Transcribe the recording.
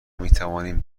میتوانیم